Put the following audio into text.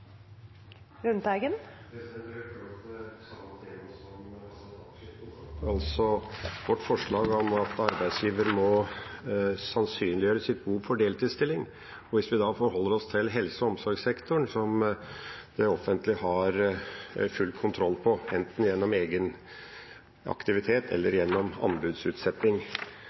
altså vårt forslag om at arbeidsgiveren må sannsynliggjøre sitt behov for deltidsstilling. Vi forholder oss da til helse- og omsorgssektoren, som det offentlige har full kontroll på enten gjennom egen aktivitet eller gjennom